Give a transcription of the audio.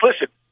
Listen